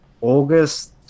August